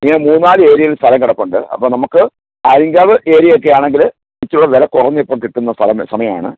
ഇങ്ങനെ മൂന്ന് നാല് ഏരിയയിൽ സ്ഥലം കിടപ്പുണ്ട് അപ്പം നമുക്ക് ആര്യങ്കാവ് ഏരിയയൊക്കെ ആണെങ്കില് ഇച്ചിരിയും കൂടെ വില കുറഞ്ഞ് ഇപ്പം കിട്ടുന്ന സ്ഥലം സമയമാണ്